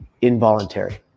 involuntary